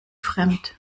fremd